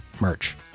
merch